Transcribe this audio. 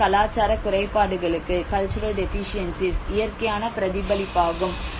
இது ஒரு கலாச்சாரக் குறைபாடுகளுக்கு இயற்கையான பிரதிபலிப்பாகும்